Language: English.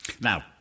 Now